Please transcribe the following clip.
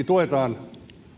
tuetaan